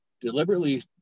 deliberately